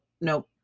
nope